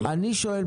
אני שואל,